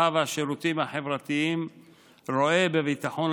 הרווחה והשירותים החברתיים רואה בביטחון